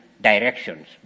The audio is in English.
directions